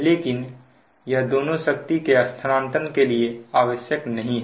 लेकिन यह दोनों शक्ति के स्थानांतरण के लिए आवश्यक नहीं है